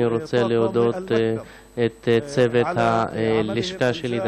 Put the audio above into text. אני רוצה להודות לצוות הלשכה שלי על